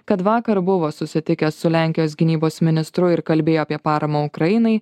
kad vakar buvo susitikęs su lenkijos gynybos ministru ir kalbėjo apie paramą ukrainai